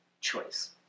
choice